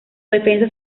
defensa